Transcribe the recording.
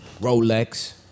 Rolex